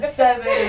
seven